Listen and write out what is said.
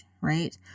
right